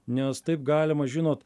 nes taip galima žinot